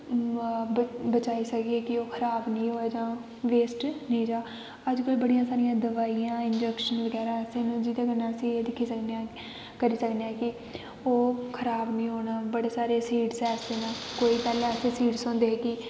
बचाई सकदे कि ओह् खराब नेईं होऐ जां वेस्ट नेईं रेह् अजकल्ल बड़ी सारी दोआइयां इंजैक्शन बगैरा जेह्दे कन्नै अस एह् दिक्खी सकनेआं करी सकनेआं कि ओह् खराब नेईं होन बड़े सारे सीड्स ऐसे न कोई पैह्लें सीड्स होंदे हे कि